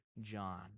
John